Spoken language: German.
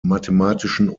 mathematischen